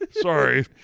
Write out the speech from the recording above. Sorry